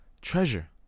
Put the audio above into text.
treasure